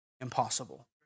impossible